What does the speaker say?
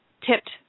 tipped